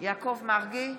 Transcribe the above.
יעקב מרגי,